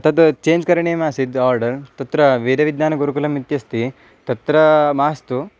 तद् चेञ्ज् करणीयमासीत् आर्डर् तत्र वेदविज्ञानगुरुकुलम् इत्यस्ति तत्र मास्तु